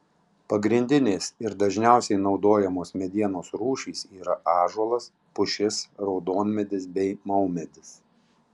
pagrindinės ir dažniausiai naudojamos medienos rūšys yra ąžuolas pušis raudonmedis bei maumedis